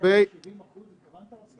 לנושא שלכם.